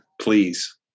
please